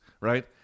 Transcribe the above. right